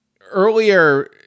earlier